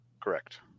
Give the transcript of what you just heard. Correct